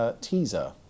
teaser